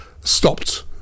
stopped